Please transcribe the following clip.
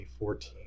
2014